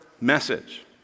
message